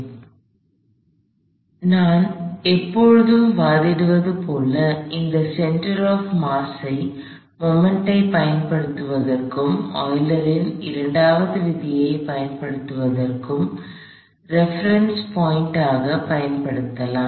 எனவே நான் எப்பொழுதும் வாதிடுவது போல் இந்த சென்டர் ஆப் மாஸ் ஐ மொமெண்ட் ஐ பயன்படுத்துவதற்கும் ஆய்லரின் இரண்டாவது விதியைப் பயன்படுத்துவதற்கும் ரெபெரென்ஸ் பாயிண்ட் ஆக பயன்படுத்தலாம்